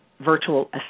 virtual